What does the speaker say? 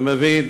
אני מבין